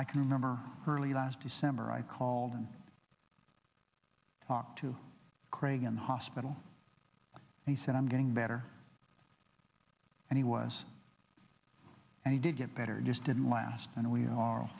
i can remember early last december i called and talked to craig and hospital he said i'm getting better and he was and he did get better just in last and we are